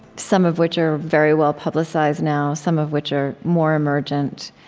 some of which are very well publicized now, some of which are more emergent